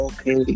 Okay